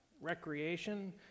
recreation